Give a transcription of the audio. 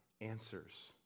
answers